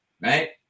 right